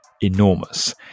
enormous